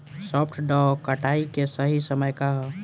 सॉफ्ट डॉ कटाई के सही समय का ह?